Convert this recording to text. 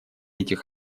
этих